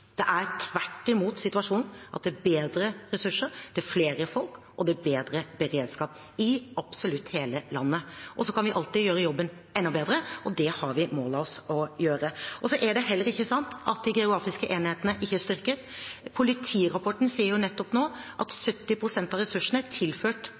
er tvert imot at det er mer ressurser, det er flere folk, og det er bedre beredskap – i absolutt hele landet. Så kan vi alltid gjøre jobben enda bedre, og det har vi mål om å gjøre. Det er heller ikke sant at de geografiske enhetene ikke er styrket. Politirapporten sier nettopp nå at